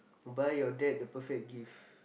buy your dad the perfect gift